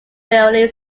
rarely